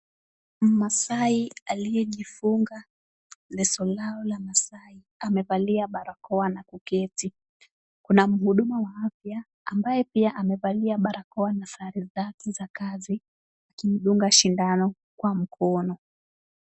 Mmaasai aliyejifunga leso lao la maasai, amevalia barakoa na kuketi. Kuna mhudumu wa afya, ambaye pia amevalia barakoa na sare zake za kazi akimdunga shindano kwa mkono.